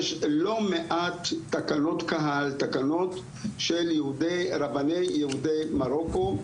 יש לא מעט תקנות קהל, תקנות של רבני יהודי מרוקו,